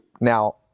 Now